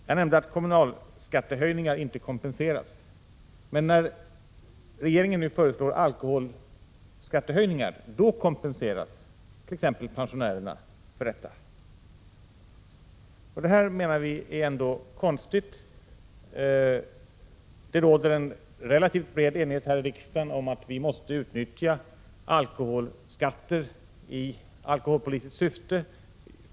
Jag nämnde att kommunalskattehöjningar inte kompenseras, men när regeringen nu föreslår alkoholskattehöjningar kompenseras t.ex. pensionärerna för detta. Detta är ändå konstigt. Det råder en relativt bred enighet i riksdagen om att alkoholskatter måste utnyttjas i alkoholpolitiskt syfte.